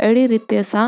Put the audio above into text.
अहिड़ी रीति असां